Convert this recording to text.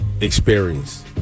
experience